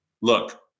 look